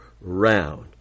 round